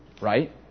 right